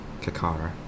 Kakara